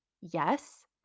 Yes